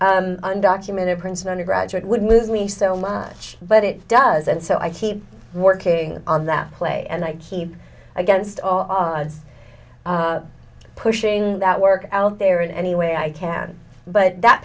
this undocumented prince and undergraduate would miss me so much but it does and so i keep working on that play and i keep against all odds pushing that work out there in any way i can but that